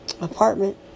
apartment